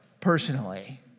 personally